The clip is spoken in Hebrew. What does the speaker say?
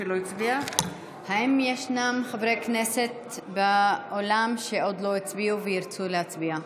האם ישנם חברי כנסת באולם שעוד לא הצביעו וירצו להצביע?